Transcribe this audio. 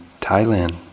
Thailand